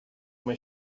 uma